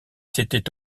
c’était